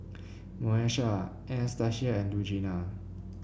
Moesha Anastacia and Lugenia